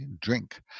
drink